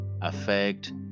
affect